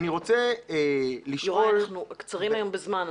יוראי, אנחנו קצרים היום בזמן.